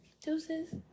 Deuces